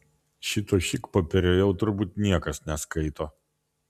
šito šikpopierio jau turbūt niekas neskaito